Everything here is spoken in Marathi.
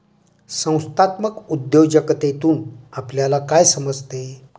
संस्थात्मक उद्योजकतेतून आपल्याला काय समजते?